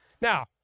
Now